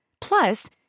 Plus